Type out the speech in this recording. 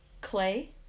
clay